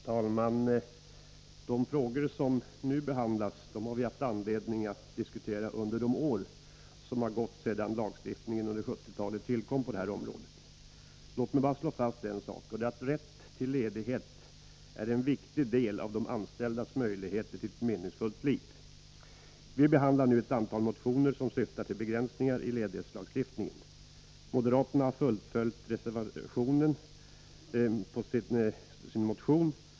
Herr talman! De frågor som nu behandlas har vi haft anledning att diskutera under de år som gått sedan lagstiftningen på det här området tillkom under 1970-talet. Låt mig bara slå fast en sak, nämligen att rätt till ledighet är en viktig del av de anställdas möjligheter till ett meningsfullt liv. Vi behandlar nu ett antal motioner som syftar till begränsningar i ledighetslagstiftningen. Moderaterna har fullföljt sin motion med en reservation.